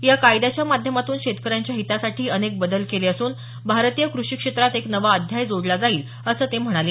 या कायद्याच्या माध्यमातून शेतकऱ्यांच्या हितासाठी अनेक बदल केले असून भारतीय कृषी क्षेत्रात एक नवा अध्याय जोडला जाईल असं ते म्हणाले